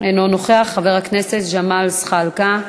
אינו נוכח, חבר הכנסת ג'מאל זחאלקה,